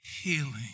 healing